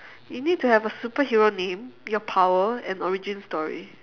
you need to have a superhero name your power and origin story